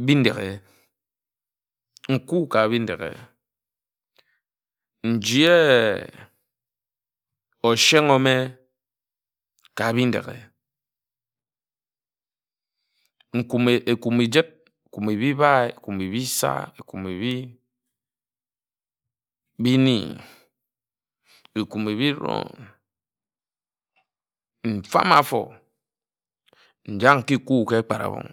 Mbi ndeghe nku ka bindeghe njie ōshen ome ka bindeghe nkumi ekumi jid nkumi ebi bae nkumi ebi nsa nkumi ebi bi ni nkumi ebi eroń nfam āfo njak ka eku ka egbarabon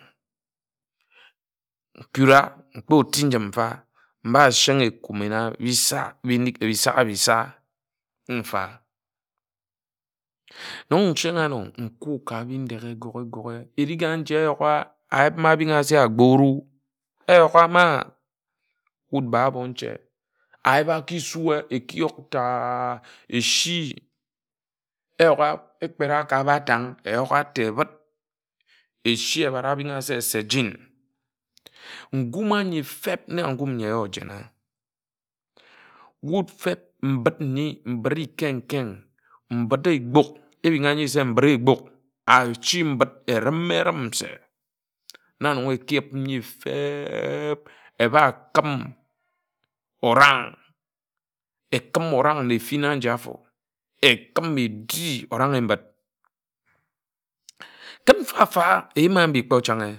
nkura mkpo ti-njim mfa mba shen̄ ghe ekumi na bi isa bi inik bi isaghi sa mfa nnon nshen̄ āno nku ka bindeghe goghe gōghe ebik a nji āyuk a ayip ma Abing a se Agbor oru eyuk ama wud ba óbo nche ayip aki sue eki yuk ta a a a eshi ebare abin a se se gin nkum ányi feb na nkum ńyi ojen ojena wud feb mbid nyi mbib-e-iiken-ken mbid ikpūk ebin a n̄yin̄e se mbid ikpuk achi mbid erim-erim na nnon eki yip nyi feb-ee-eba kim oran̄g ekim orang na efin aji afo ekim edi orang-e-mbid ken mfa-mfa eyim abi kpo chan̄ghe.